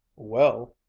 well,